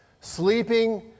sleeping